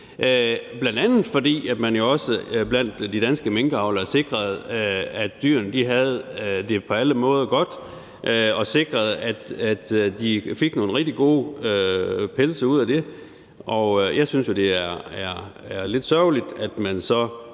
bl.a. fordi man jo også blandt de danske minkavlere sikrede, at dyrene på alle måder havde det godt, og sikrede, at de fik nogle rigtig gode pelse ud af det. Jeg synes jo, det er lidt sørgeligt, at man